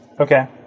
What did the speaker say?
Okay